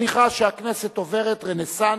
אני חש שהכנסת עוברת "רנסנס"